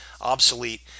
obsolete